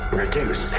reduce